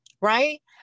right